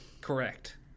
Correct